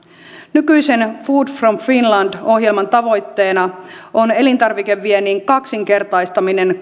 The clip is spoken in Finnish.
nykyisen food from finland ohjelman tavoitteena on elintarvikeviennin kaksinkertaistaminen